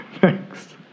Thanks